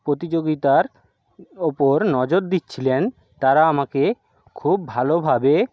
প্রতিযোগিতার ওপর নজর দিচ্ছিলেন তারা আমাকে খুব ভালোভাবে